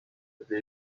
gdy